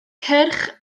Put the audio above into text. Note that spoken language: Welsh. cyrch